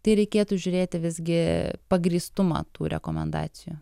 tai reikėtų žiūrėti visgi pagrįstumą tų rekomendacijų